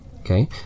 okay